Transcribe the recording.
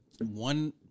one